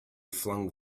flung